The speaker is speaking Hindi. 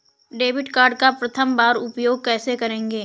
डेबिट कार्ड का प्रथम बार उपयोग कैसे करेंगे?